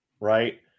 Right